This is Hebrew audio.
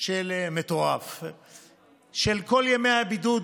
של כל ימי הבידוד.